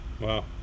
Wow